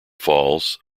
falls